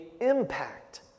impact